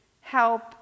help